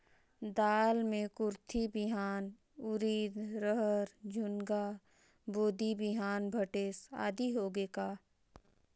दाल मे कुरथी बिहान, उरीद, रहर, झुनगा, बोदी बिहान भटेस आदि होगे का?